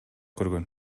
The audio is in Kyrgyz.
көргөн